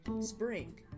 spring